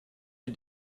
you